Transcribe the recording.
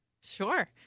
Sure